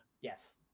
yes